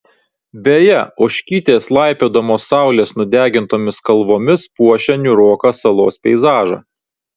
beje ožkytės laipiodamos saulės nudegintomis kalvomis puošia niūroką salos peizažą